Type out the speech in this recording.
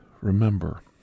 remember